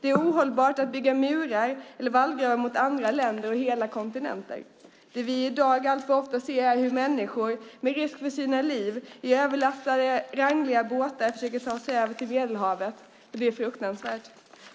Det är ohållbart att bygga murar eller vallgravar mot andra länder och hela kontinenter. Det vi i dag alltför ofta ser, människor som med risk för sina liv försöker ta sig över Medelhavet i överlastade rangliga båtar, är fruktansvärt.